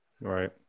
right